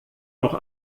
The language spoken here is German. noch